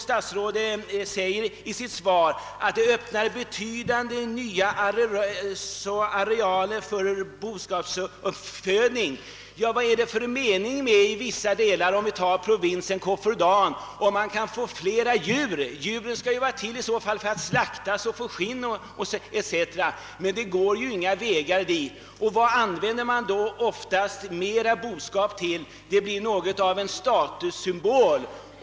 Statsrådet säger i sitt svar att hjälpen öppnar betydande nya arealer för boskapsuppfödning, men man frågar sig då: Vad är det t.ex. för mening att i vissa delar av Sudan kunna föda upp fler djur för att slaktas och lämna skinn etc? Det finns inga fryshus och inga transportvägar dit. Boskapen blir oftast ett slags statussymbol.